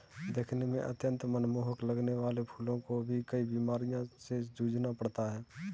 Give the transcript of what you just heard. दिखने में अत्यंत मनमोहक लगने वाले फूलों को भी कई बीमारियों से जूझना पड़ता है